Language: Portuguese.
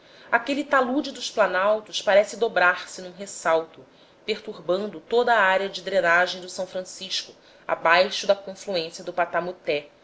aquele talude dos planaltos parece dobrar-se num ressalto perturbando toda a área de drenagem do s francisco abaixo da confluência do patamoté